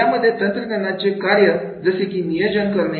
यामध्ये तंत्रज्ञानाचे कार्य जसे की नियोजन करणे